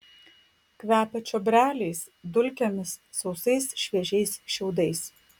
kvepia čiobreliais dulkėmis sausais šviežiais šiaudais